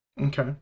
okay